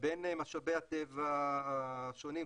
בין משאבי הטבע השונים,